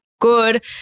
good